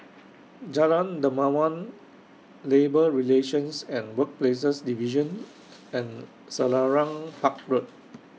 Jalan Dermawan Labour Relations and Workplaces Division and Selarang Park Road